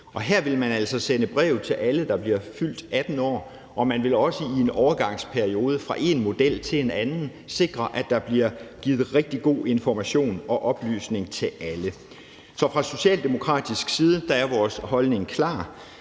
Her vil man altså sende et brev til alle, der fylder 18 år, og man vil også i en overgangsperiode fra én model til en anden sikre, at der bliver givet rigtig god information og oplysning til alle. Så fra socialdemokratisk side er vores holdning klar: